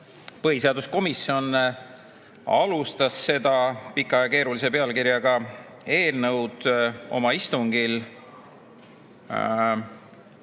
Põhiseaduskomisjon arutas seda pika ja keerulise pealkirjaga eelnõu oma istungil